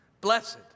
Blessed